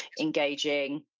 engaging